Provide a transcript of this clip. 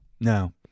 no